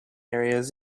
areas